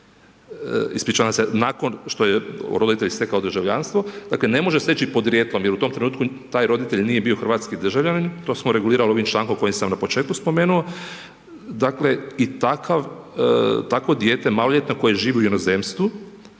ispričavam se nakon što je roditelj stekao državljanstvo. Dakle ne može steći podrijetlom jer u tom trenutku taj roditelj nije bio hrvatski državljanin, to smo regulirali ovim člankom koji sam na početku spomenuo. I takvo dijete maloljetno koje živi u inozemstvu,